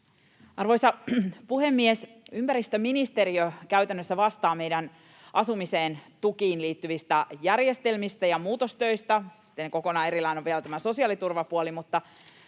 Arvoisa puhemies! Ympäristöministeriö käytännössä vastaa meidän asumisen tukiin liittyvistä järjestelmistä ja muutostöistä, ja sitten kokonaan erillään on vielä sosiaaliturvapuoli, mutta